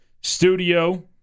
studio